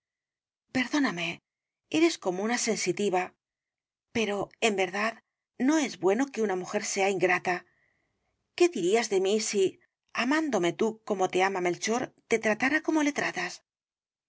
perdóname eres como una sensitiva pero rosalía de castro en verdad no es bueno que una mujer sea ingrata qué dirías de mí si amándome tú como te ama melchor te tratara como